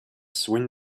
swim